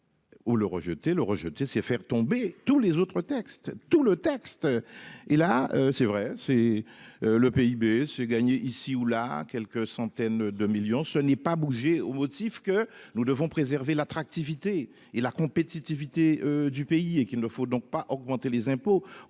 Ou le rejeter le rejeter, c'est faire tomber tous les autres textes tout le texte. Et là c'est vrai c'est. Le PIB se gagner ici ou là quelques centaines de millions, ce n'est pas bougé au motif que nous devons préserver l'attractivité et la compétitivité du pays et qu'il ne faut donc pas augmenter les impôts